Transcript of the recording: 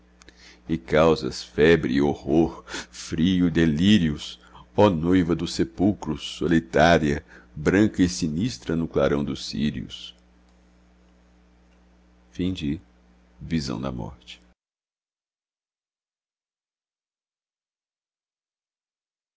e causas febre e horror frio delírios ó noiva do sepulcro solitária branca e sinistra no clarão dos círios